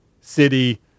City